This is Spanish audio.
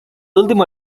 último